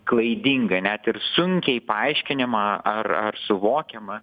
klaidinga net ir sunkiai paaiškinema ar ar suvokiama